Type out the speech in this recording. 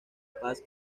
paz